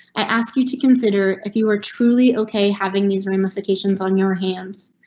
i ask you to consider if you were truly ok having these ramifications on your hands.